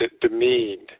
demeaned